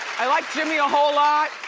i like jimmy a whole lot,